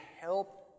help